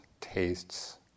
tastes